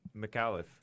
McAuliffe